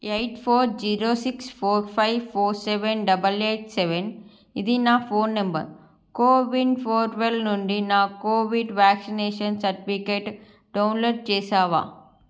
eight four zero six four five four seven double eight seven ఇది నా phone number CoWIN portal నుండి నా COVID vaccination certificate download చేశావా